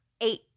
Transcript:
eight